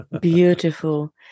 Beautiful